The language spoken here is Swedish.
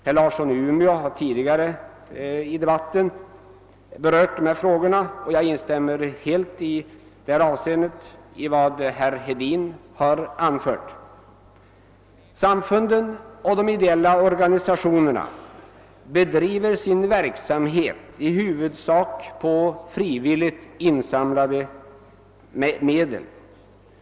Herr Larsson i Umeå och herr Hedin har tidigare i debatten berört dessa frågor, och jag instämmer helt i vad de har anfört. Samfunden och de ideella organisationerna bedriver i huvudsak sin verksamhet på basis av frivilligt insamlade medel.